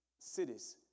cities